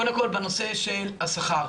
קודם כל בנושא של השכר,